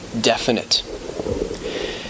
definite